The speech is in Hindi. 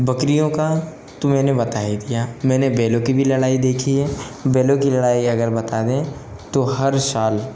बकरियों का तो मैंने बता ही दिया मैंने बैलो की भी लड़ाई देखी हैं बैलो की लड़ाई अगर बता दें तो हर साल